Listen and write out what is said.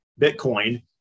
Bitcoin